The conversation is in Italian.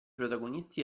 protagonisti